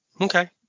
Okay